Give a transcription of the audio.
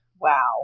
Wow